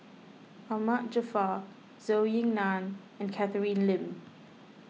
Ahmad Jaafar Zhou Ying Nan and Catherine Lim